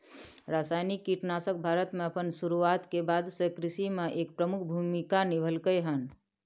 रासायनिक कीटनाशक भारत में अपन शुरुआत के बाद से कृषि में एक प्रमुख भूमिका निभलकय हन